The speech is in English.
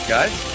Guys